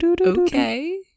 okay